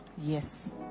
yes